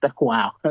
Wow